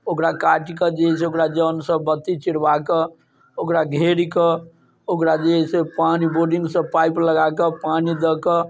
ओकरा काटिके जे है से ओकरा जनसँ बत्ती चिरबाके ओकरा घेरकऽ ओकरा जे है से पानि बोरिंगसँ पाइप लगाके पानि दऽके